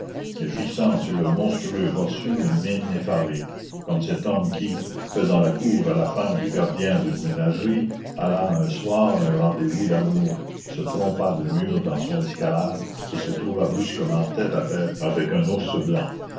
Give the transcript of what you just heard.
et fixant sur le monstrueux bossu une mine effarée comme cet homme qui faisant la cour à la femme du gardien d'une ménagerie alla un soir à un rendez-vous d'amour se trompa de mur dans son escalade et se trouva brusquement tête à tête avec un ours blanc